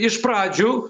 iš pradžių